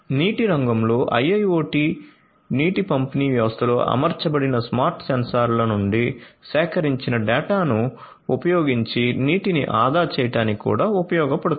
నీటి రంగంలో IIoT నీటి పంపిణీ వ్యవస్థలో అమర్చబడిన స్మార్ట్ సెన్సార్ల నుండి సేకరించిన డేటాను ఉపయోగించి నీటిని ఆదా చేయడానికి కూడా ఉపయోగపడుతుంది